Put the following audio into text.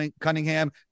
Cunningham